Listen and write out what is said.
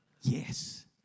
Yes